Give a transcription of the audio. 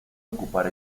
ocupar